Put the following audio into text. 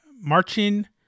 marching